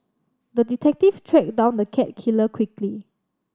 the detective tracked down the cat killer quickly